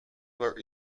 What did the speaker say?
were